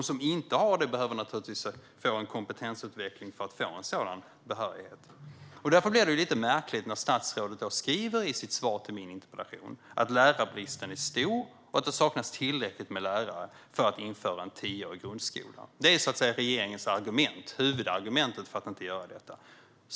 De som inte har det behöver naturligtvis få en kompetensutveckling för att få en sådan behörighet. Det blir därför lite märkligt när statsrådet skriver i sitt svar på min interpellation att lärarbristen är stor och att det saknas tillräckligt med lärare för att införa en tioårig grundskola. Detta är regeringens huvudargument för att inte göra det här.